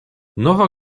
nova